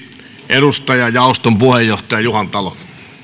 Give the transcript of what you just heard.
edustaja jaoston puheenjohtaja juhantalo